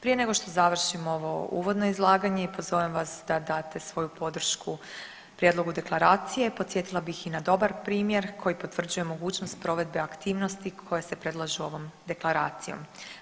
Prije nego što završim ovo uvodno izlaganje i pozovem vas da date svoju podršku prijedlogu deklaracije podsjetila bi i na dobar primjer koji potvrđuje mogućnost provedbe aktivnosti koje se predlažu ovom deklaracijom.